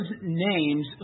names